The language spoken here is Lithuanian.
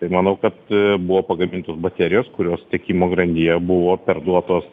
tai manau kad buvo pagamintos baterijos kurios tiekimo grandyje buvo perduotos